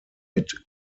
mit